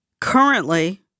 Currently